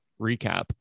recap